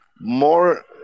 more